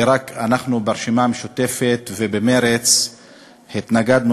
ורק אנחנו ברשימה המשותפת ובמרצ התנגדנו